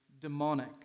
demonic